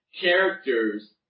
characters